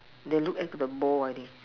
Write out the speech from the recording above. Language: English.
they look at the mole I think